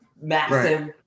massive